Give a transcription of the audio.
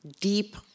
deep